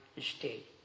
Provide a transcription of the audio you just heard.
state